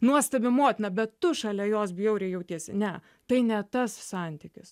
nuostabi motina bet tu šalia jos bjauriai jautiesi ne tai ne tas santykis